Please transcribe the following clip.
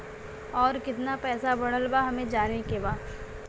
और कितना पैसा बढ़ल बा हमे जाने के बा?